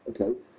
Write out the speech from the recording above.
Okay